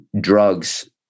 drugs